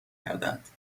کردند